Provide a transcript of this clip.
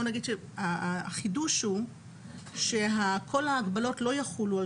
נגיד שהחידוש הוא שכל ההגבלות לא יחולו על